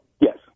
Yes